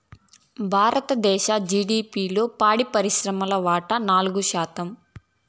భారతదేశ జిడిపిలో పాడి పరిశ్రమ వాటా నాలుగు శాతం